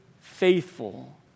faithful